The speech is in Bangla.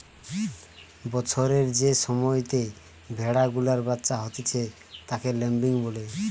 বছরের যে সময়তে ভেড়া গুলার বাচ্চা হতিছে তাকে ল্যাম্বিং বলে